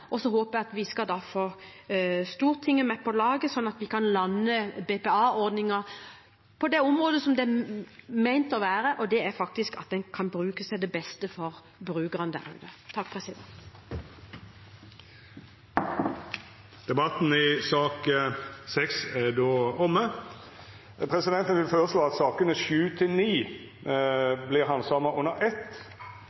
og så håper jeg at vi skal få Stortinget med på laget sånn at vi kan lande BPA-ordningen på det området som den er ment å være, og at den faktisk kan brukes til beste for brukerne der ute. Debatten i sak nr. 6 er då omme. Presidenten vil føreslå at sakene